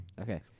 Okay